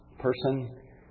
person